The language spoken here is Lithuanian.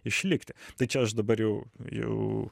išlikti tai čia aš dabar jau jau